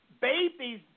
babies